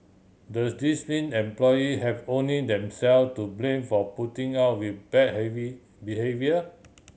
does this mean employee have only them self to blame for putting up with bad behaviour